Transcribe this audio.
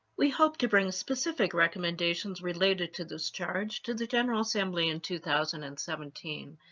we hope to bring specific recommendations related to this charge to the general assembly in two thousand and seventeen,